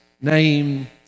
name